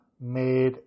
made